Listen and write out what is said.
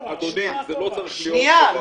אדוני, זה לא צריך להיות חובה.